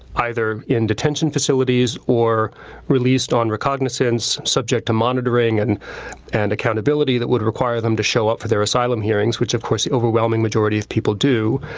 either in detention facilities or released on recognizance subject to monitoring and and accountability that would require them to show up for their asylum hearings, which of course the overwhelming majority of people do.